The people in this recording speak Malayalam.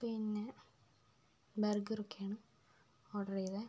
പിന്നെ ബർഗറൊക്കെയാണ് ഓർഡറെയ്തത്